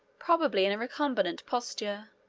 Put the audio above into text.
probably in a recumbent posture.